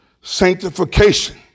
sanctification